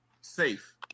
safe